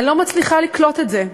אני לא מצליחה לקלוט את זה,